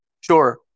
Sure